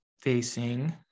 facing